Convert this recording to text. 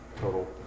total